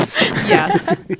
yes